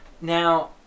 Now